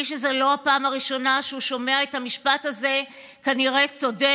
מי שזו לא הפעם הראשונה שהוא שומע את המשפט הזה כנראה צודק.